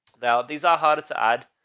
now, these are harder to add.